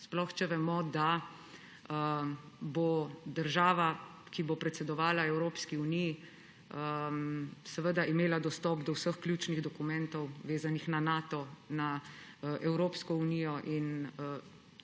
sploh če vemo, da bo država, ki bo predsedovala Evropski uniji, imela dostop do vseh ključnih dokumentov, vezanih na Nato, na Evropsko unijo. Tukaj